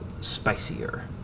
spicier